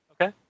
Okay